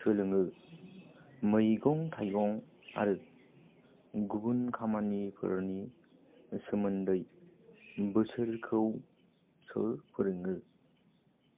सोलोङो मैगं थाइगं आरो गुबुन खामानिफोरनि सोमोन्दै बोसोनखौ सोर फोरोंनो